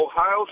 Ohio